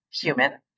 human